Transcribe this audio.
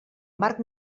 marc